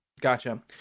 Gotcha